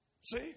See